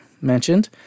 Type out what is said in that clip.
mentioned